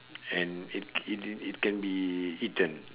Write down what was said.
and it can it it it can be eaten